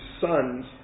sons